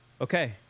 Okay